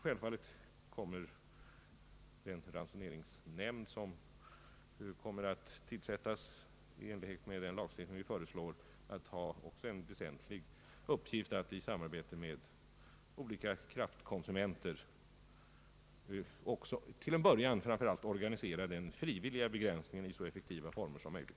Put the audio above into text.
Självfallet kommer den ransoneringsnämnd som skall tillsättas i enlighet med den lagstiftning vi föreslår att ha som en väsentlig uppgift att i samarbete med olika kraftkonsumenter till en början framför allt organisera den frivilliga begränsningen i så effektiva former som möjligt.